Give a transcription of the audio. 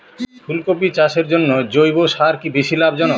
ফুলকপি চাষের জন্য জৈব সার কি বেশী লাভজনক?